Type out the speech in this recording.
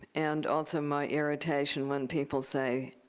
and also my irritation when people say,